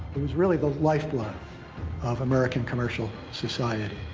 it was really the lifeblood of american commercial society.